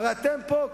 הרי אתם פה,